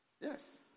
Yes